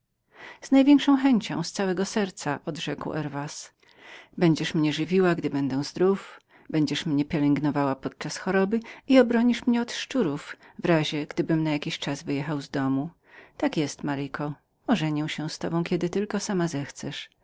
z największą chęcią z całego serca odrzekł herwas będziesz mnie żywiła gdy będę zdrów będziesz mnie pielęgnowała podczas choroby i obronisz mnie od szczurów w razie gdybym na jaki czas wyjechał z domu tak jest maryko ożenię się z tobą kiedy tylko sama zechcesz